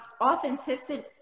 authenticity